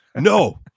no